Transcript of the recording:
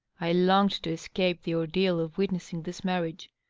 i longed to escape the ordeal of witnessing this marriage,